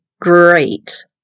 great